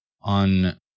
on